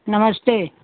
नमस्ते